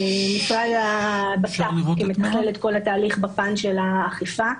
משרד הבט"פ כמתכלל את כל התהליך בפן של האכיפה.